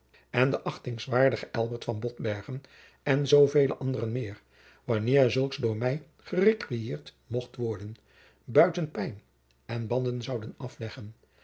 en de achtingswaardige elbert van botbergen en zooveel anderen meer wanneer zulks door mij gerequireerd mocht worden buiten pijn en banden zouden afleggen